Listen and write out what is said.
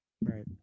Right